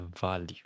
value